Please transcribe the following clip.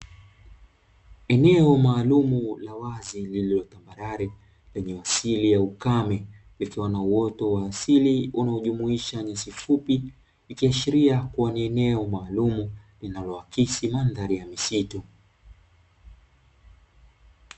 Eneo maalumu la wazi lililotambarare lenye asili ya ukame, likiwa na uoto wa asili unaojumuisha nyasi fupi, ikiashiria kuwa ni eneo maalumu linaloakisi mandhari ya misitu.